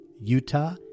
Utah